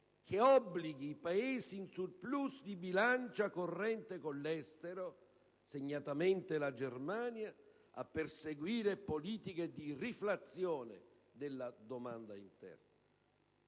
che obblighi i Paesi in *surplus* di bilancia corrente con l'estero, segnatamente la Germania, a perseguire politiche di riflazione della domanda interna.